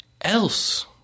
else